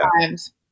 times